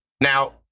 Now